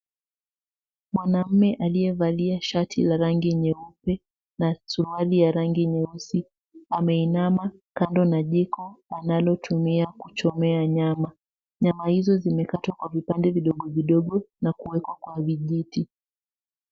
Mwanaume aliyevalia shati la rangi nyeupe na suruali ya rangi nyeusi ameinama kando na jiko analotumia kuchomea nyama. Nyama hizo zimekatwa kwa vipande vidogo vidogo na kuwekwa kwa vijiti.